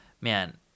Man